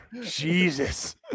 Jesus